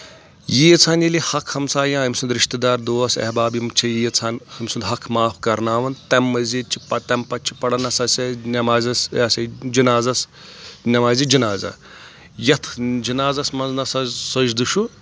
ییٖژہن ییٚلہِ حق ہمساے یا أمۍ سُنٛد رِشتہٕ دار دوس احباب یِم چھِ ییٖژہن أمۍ سُنٛد حق معاف کرناوان تمہِ مٔزیٖد چھِ پتہٕ تمہِ پتہٕ چھِ پرنس نؠماز سا جنازس نمازی جِنازا یتھ جنازس منٛز نسا سَجدٕ چھُ